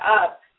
up